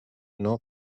not